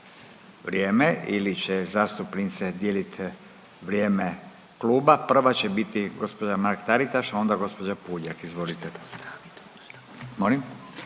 vrijeme ili će zastupnice dijelit vrijeme kluba. Prva će biti gospođa Mrak Taritaš, onda gospođa Puljak. Izvolite. Molim?